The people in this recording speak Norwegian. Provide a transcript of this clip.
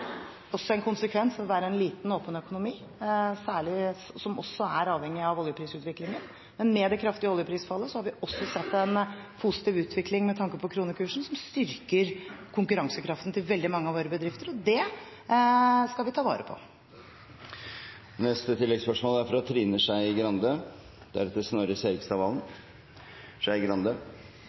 også en konsekvens av at vi er en liten, åpen økonomi, som er avhengig av oljeprisutviklingen. Men med det kraftige oljeprisfallet har vi også sett en positiv utvikling med tanke på kronekursen, som styrker konkurransekraften til veldig mange av våre bedrifter, og det skal vi ta vare på. Trine Skei Grande – til oppfølgingsspørsmål. Litt av grunnen til at vi er